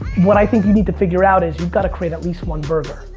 what i think you need to figure out is, you got to create at least one burger.